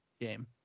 game